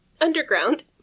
Underground